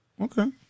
Okay